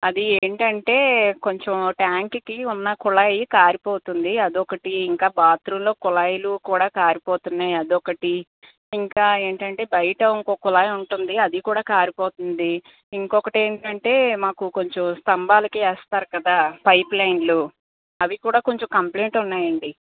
అది ఏంటంటే కొంచెం ట్యాంక్కి ఉన్న కుళాయి కారిపోతుంది అదొకటి ఇంకా బాత్రూంలో కుళాయిలు కూడా కారిపోతున్నాయి అదొకటి ఇంకా ఏంటంటే బయట ఇంకో కుళాయి ఉంటుంది అది కూడా కారిపోతుంది ఇంకొకటి ఏంటంటే మాకు కొంచెం స్తంభాలకి వేస్తారు కదా పైప్లైన్లు అవి కూడా కొంచెం కంప్లైంట్ ఉన్నాయండి